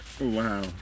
wow